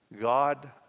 God